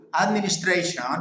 administration